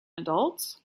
adults